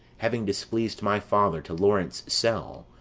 having displeas'd my father, to laurence' cell,